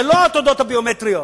ולא התעודות הביומטריות.